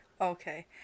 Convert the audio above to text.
Okay